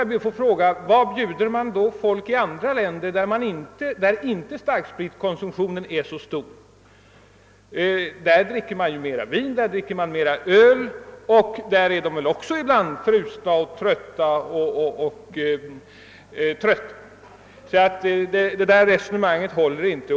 Jag vill då fråga: Vad bjuder man folk i andra länder, där starkspritkonsumtionen inte är så stor? Jo, där dricker man mera vin och mera öl, trots att man väl där också ibland är frusen och trött. Finansministerns resonemang härvidlag håller inte.